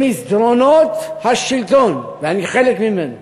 במסדרונות השלטון, שאני חלק ממנו,